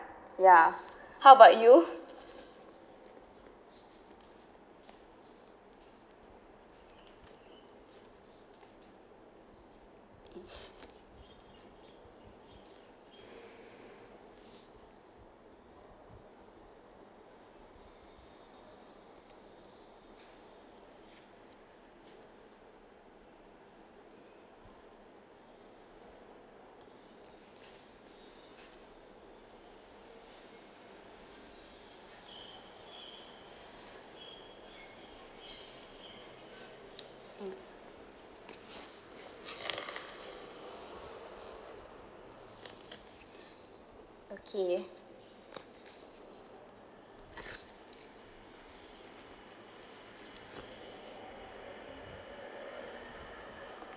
ya how about you mm okay